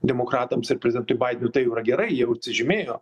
demokratams ir prezidentui baidenui tai yra gerai jie jau atsižymėjo